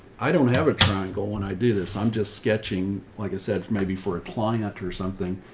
i don't have a triangle when i do this. i'm just sketching, like i said, maybe for a client or something.